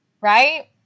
right